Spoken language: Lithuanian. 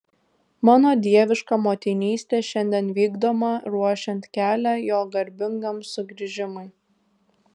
mano dieviška motinystė šiandien vykdoma ruošiant kelią jo garbingam sugrįžimui